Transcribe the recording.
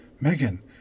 Megan